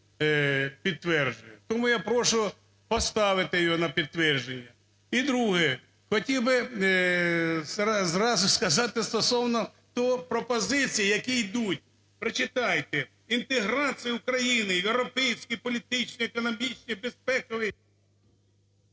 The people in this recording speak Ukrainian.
Тому я прошу поставити його на підтвердження. І друге. Хотів би зразу сказати стосовно тих пропозицій, які йдуть, прочитайте, інтеграція України в європейське політичне, економічне, безпекове…